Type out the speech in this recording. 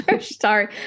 Sorry